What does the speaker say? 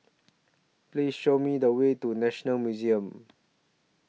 Please Show Me The Way to National Museum